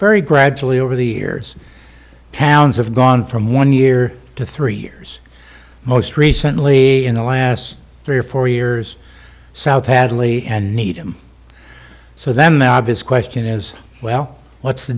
very gradually over the years towns have gone from one year to three years most recently in the last three or four years south hadley and needham so then the obvious question is well what's the